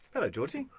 hello georgie!